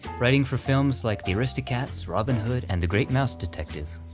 writing for films like the aristocats, robin hood, and the great mouse detective.